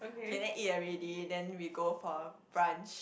okay then eat already then we go for brunch